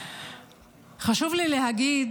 חשוב לי להגיד